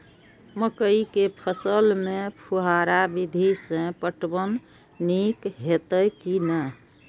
मकई के फसल में फुहारा विधि स पटवन नीक हेतै की नै?